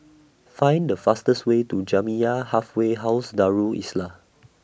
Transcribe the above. Find The fastest Way to Jamiyah Halfway House Darul Islah